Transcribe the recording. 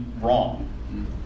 wrong